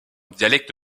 dialecte